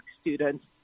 students